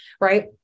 right